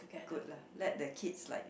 good lah let the kids like